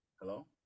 Hello